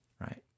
right